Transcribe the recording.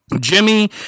Jimmy